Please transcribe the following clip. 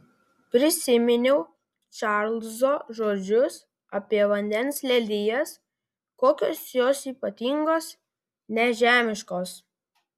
prisiminiau čarlzo žodžius apie vandens lelijas kokios jos ypatingos nežemiškos